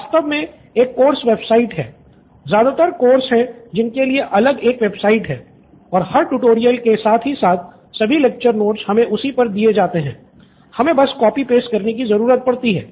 वास्तव में एक कोर्स वेबसाइट है ज्यादातर कोर्स है जिनके लिए अलग एक वेबसाइट है और हर ट्यूटोरियल के साथ ही साथ सभी लेक्चर नोट्स हमे उस पर ही दिए जाते हैं हमे बस कॉपी पेस्ट करने कि ज़रूरत पड़ती है